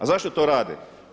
A zašto to rade?